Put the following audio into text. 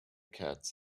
cat